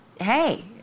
hey